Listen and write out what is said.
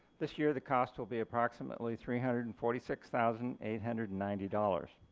this year the cost will be approximately three hundred and forty six thousand eight hundred and ninety dollars.